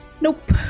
Nope